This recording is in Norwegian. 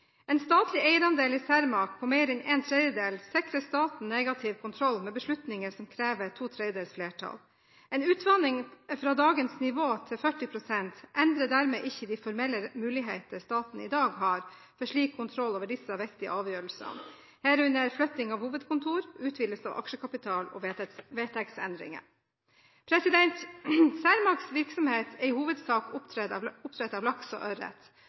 En statlig eierandel i Cermaq på mer enn en tredjedel sikrer staten negativ kontroll med beslutninger som krever to tredels flertall. En utvanning fra dagens nivå til 40 pst. endrer dermed ikke de formelle muligheter staten i dag har for slik kontroll over disse viktige avgjørelsene, herunder flytting av hovedkontor, utvidelse av aksjekapital og vedtektsendringer. Cermaqs virksomhet er i hovedsak oppdrett av laks og ørret